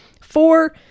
Four